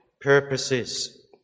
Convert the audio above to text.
purposes